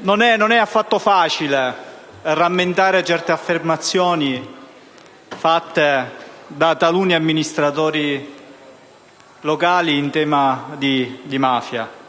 non è affatto facile rammentare certe affermazioni di taluni amministratori locali in tema di mafia.